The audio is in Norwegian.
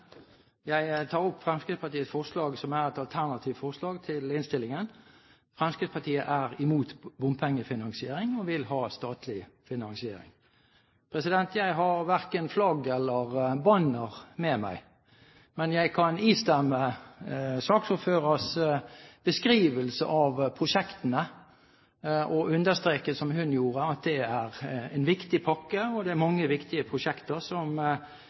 Jeg tar opp Fremskrittspartiets forslag, som er et alternativt forslag til innstillingen. Fremskrittspartiet er imot bompengefinansiering og vil ha statlig finansiering. Jeg har verken flagg eller banner med meg, men jeg kan istemme saksordførerens beskrivelse av prosjektene og understreke, som hun gjorde, at det er en viktig pakke, og det er mange viktige prosjekter, som